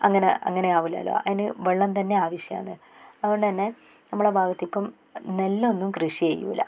അങ്ങനെ അങ്ങനെ ആവുലല്ലോ അതിന് വെള്ളം തന്നെ ആവശ്യമാണ് അതുകൊണ്ട് തന്നെ നമ്മള ഭാഗത്തേക്കും നെല്ല് ഒന്നും കൃഷി ചെയ്യൂല